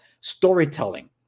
storytelling